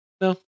No